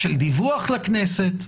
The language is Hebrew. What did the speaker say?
של דיווח לכנסת?